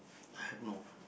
no